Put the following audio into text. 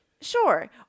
sure